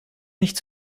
nicht